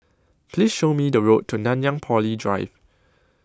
Please Show Me The Way to Nanyang Poly Drive